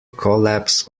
collapse